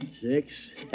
Six